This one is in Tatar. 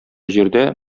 җирдә